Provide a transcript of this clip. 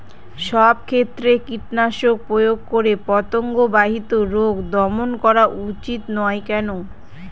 সব ক্ষেত্রে কীটনাশক প্রয়োগ করে পতঙ্গ বাহিত রোগ দমন করা উচিৎ নয় কেন?